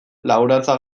laborantza